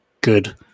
good